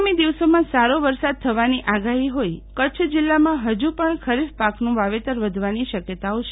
આગામી દિવસોમાં સારો વરસાદ થવાની આગાહી હોઈ કચ્છ જીલ્લામાં ફજુ પણ ખરીફ પાકનું વાવેતર વધવાની શક્યતાઓ છે